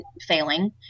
failing